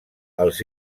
els